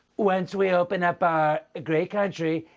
once we open up our great country,